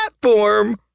platform